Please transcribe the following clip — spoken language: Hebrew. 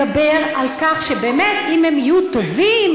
הוא מדבר על כך שבאמת אם הם יהיו טובים,